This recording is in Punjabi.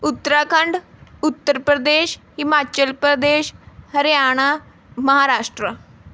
ਉੱਤਰਾਖੰਡ ਉੱਤਰ ਪ੍ਰਦੇਸ਼ ਹਿਮਾਚਲ ਪ੍ਰਦੇਸ਼ ਹਰਿਆਣਾ ਮਹਾਰਾਸ਼ਟਰਾ